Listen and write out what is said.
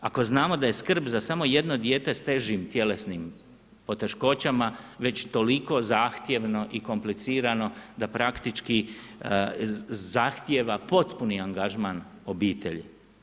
Ako znamo da je skrb za samo jedno dijete sa težim tjelesnim poteškoćama već toliko zahtjevno i komplicirano da praktički zahtjeva potpuni angažman obitelji.